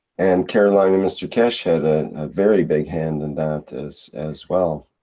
and caroline and mr keshe had a. a very big hand in that as. as well.